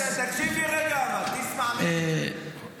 רגע, תקשיב לי רגע אחד, אסמע מני.